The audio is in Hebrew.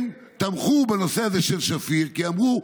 הם תמכו בנושא הזה של שפיר, כי אמרו: